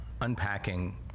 unpacking